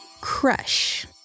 Crush